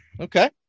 okay